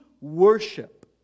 worship